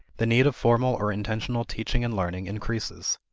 the need of formal or intentional teaching and learning increases.